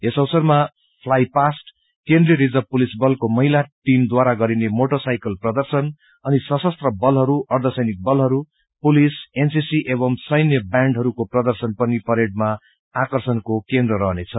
यसअवसरमा flypast केन्द्रिय reserve police बलको महिला टिमद्वारा गरि मोटर साइकल प्रर्दशन अ िसशस्त्र बलहरू अर्ध सैनिक बलहरू पुलिसएनसीसी एवम् सैन्य बैण्डहरूको प्रर्दशन पनि परेडमा आर्कषण्को केनद्र रहनेछ